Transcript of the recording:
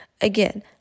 Again